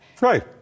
right